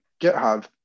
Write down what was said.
GitHub